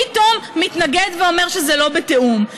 פתאום מתנגד ואומר שזה לא בתיאום.